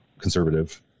conservative